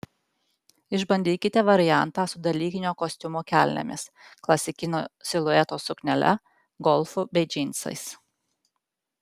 išbandykite variantą su dalykinio kostiumo kelnėmis klasikinio silueto suknele golfu bei džinsais